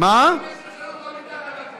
אם יש אפשרות לא מתחת לגוף, אז לא מתחת לגוף.